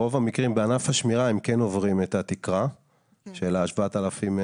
ברוב המקרים בענף השמירה הם כן עוברים את התקרה של ה-7,022,